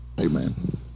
amen